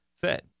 Fed